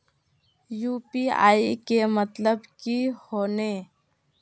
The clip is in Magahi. यु.पी.आई के मतलब की होने?